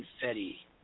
confetti